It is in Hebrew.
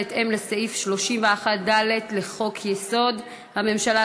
בהתאם לסעיף 31(ד) לחוק-יסוד: הממשלה,